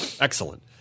Excellent